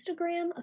Instagram